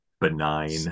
benign